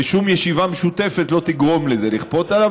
ושום ישיבה משותפת לא תגרום לזה לכפות עליו.